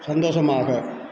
சந்தோஷமாக